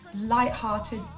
light-hearted